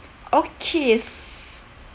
okay